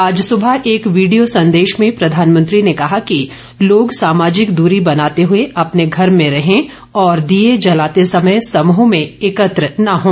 आज सुबह एक वीडियो संदेश में प्रधानमंत्री ने कहा कि लोग सामाजिक दूरी बनाते हुए अपने घर में रहे और दीये जलाते समय समूह में एकत्र न हों